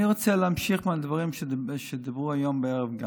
אני רוצה להמשיך גם עם הדברים שדיברו היום בערב.